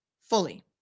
fully